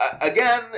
again